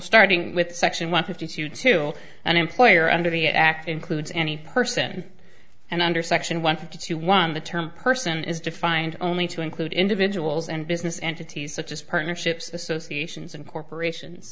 starting with section one fifty two to an employer under the act includes any person and under section one for two to one the term person is defined only to include individuals and business entities such as partnerships associations and corporations